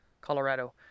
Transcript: Colorado